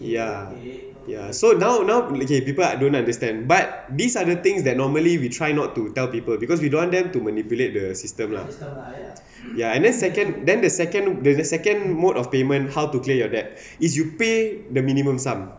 ya ya so now now okay people don't understand but these are the things that normally we try not to tell people because we don't want them to manipulate the system lah ya and then second then the second the second mode of payment how to clear your debt is you pay the minimum sum